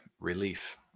relief